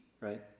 right